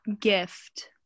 Gift